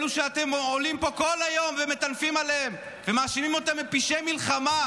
אלו שאתם עולים פה כל היום ומטנפים עליהם ומאשימים אותם בפשעי מלחמה.